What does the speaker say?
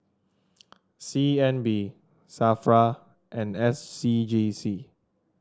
C N B Safra and S C G C